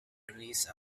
released